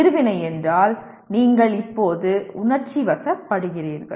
எதிர்வினை என்றால் நீங்கள் இப்போது உணர்ச்சிவசப்படுகிறீர்கள்